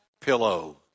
pillow